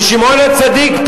בשמעון-הצדיק,